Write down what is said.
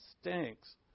stinks